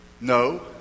no